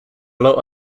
low